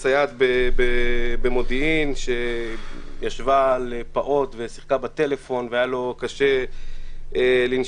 סייעת במודיעין שישבה על פעוט ושיחקה בטלפון והיה לו קשה לנשום